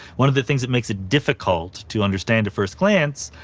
one of the things that makes it difficult to understand at first glance,